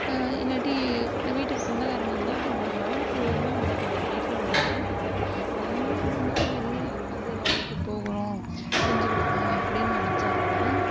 இல்லாட்டி வீட்டுக்கு சொந்தக்காரங்க வந்தால் அவங்களுக்கு வேலை செய்யவுமே விட கூடாது வீட்டில் உள்ளவங்க தான் செய்யணும் நம்ம அந்த மாதிரி வெளில யாருக்காவது வேலைக்கு போகணும் செஞ்சு கொடுக்குணும் அப்படின்னு நினைச்சா கூட